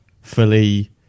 fully